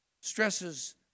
stresses